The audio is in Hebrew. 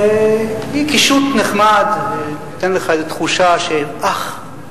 היא קישוט נחמד ונותנת לך איזו תחושה של: אח,